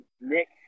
Nick